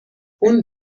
اون